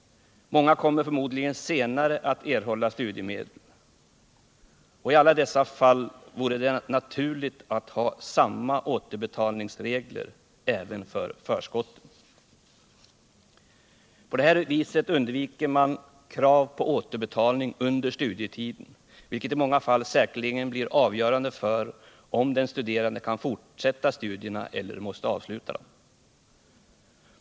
Många kommer förmodligen att senare erhålla studiemedel. I alla dessa fall vore det naturligt att ha samma återbetalningsregler även för förskotten. På det här viset undviker man under studietiden krav på återbetalning, vilket i många fall säkerligen avgör om den studerande kan fortsätta studierna eller om han måste avsluta dem.